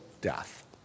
death